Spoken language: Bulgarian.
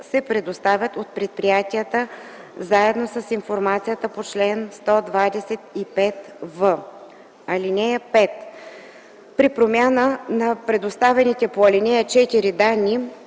се предоставят от предприятията заедно с информацията по чл. 125в. (5) При промяна на предоставените по ал. 4 данни,